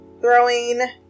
throwing